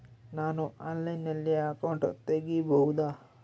ನಾನು ಆನ್ಲೈನಲ್ಲಿ ಅಕೌಂಟ್ ತೆಗಿಬಹುದಾ?